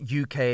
uk